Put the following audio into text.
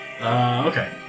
Okay